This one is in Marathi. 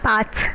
पाच